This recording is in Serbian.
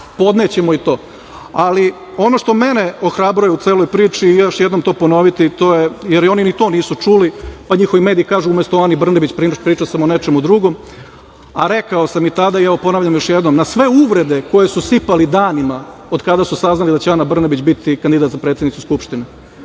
Podnećemo i to. Ali, ono što mene ohrabruje u celoj priči, još jednom ću to ponoviti, jer oni ni to nisu čuli, pa njihovi mediji kažu umesto o Ani Brnabić, pričao sam o nečemu drugom, a rekao sam i tada i evo, ponavljam još jednom, na sve uvrede koje su sipali danima od kada su saznali da će Ana Brnabić biti kandidat za predsednicu Skupštine,